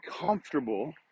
comfortable